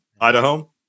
Idaho